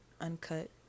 uncut